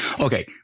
okay